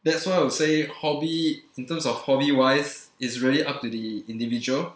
that's why I would say hobby in terms of hobby wise it's really up to the individual